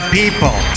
people